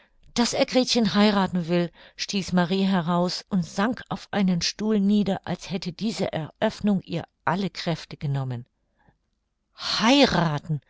daß er gretchen heirathen will stieß marie heraus und sank auf einen stuhl nieder als hätte diese eröffnung ihr alle kräfte genommen heirathen